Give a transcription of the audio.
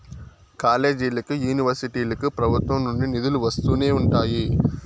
కాలేజీలకి, యూనివర్సిటీలకు ప్రభుత్వం నుండి నిధులు వస్తూనే ఉంటాయి